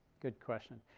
good question.